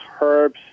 herbs